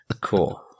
cool